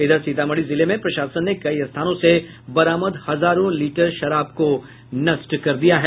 इधर सीतामढ़ी जिले में प्रशासन ने कई स्थानों से बरामद हजारों लीटर शराब को नष्ट किया है